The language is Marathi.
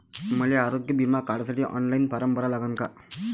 मले आरोग्य बिमा काढासाठी ऑनलाईन फारम भरा लागन का?